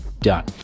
Done